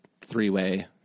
three-way